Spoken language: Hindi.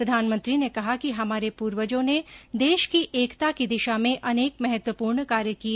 प्रधानमंत्री ने कहा कि हमारे पूर्वजों ने देश की एकता की दिशा में अनेक महत्वपूर्ण कार्य किए